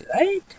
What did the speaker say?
right